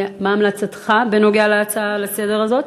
מה המלצתך בנוגע להצעה לסדר-היום הזאת?